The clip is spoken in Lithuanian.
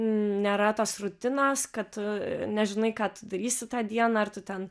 nėra tos rutinos kad tu nežinai ką tu darysi tą dieną ar tu ten